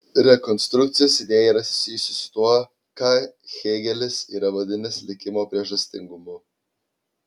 rekonstrukcijos idėja yra susijusi su tuo ką hėgelis yra vadinęs likimo priežastingumu